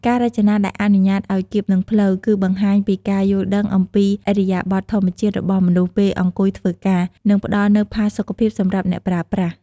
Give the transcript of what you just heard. ការរចនាដែលអនុញ្ញាតឱ្យគៀបនឹងភ្លៅ គឺបង្ហាញពីការយល់ដឹងអំពីឥរិយាបថធម្មជាតិរបស់មនុស្សពេលអង្គុយធ្វើការ និងផ្តល់នូវផាសុខភាពសម្រាប់អ្នកប្រើប្រាស់។